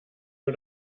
nur